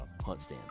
HuntStand